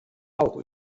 auch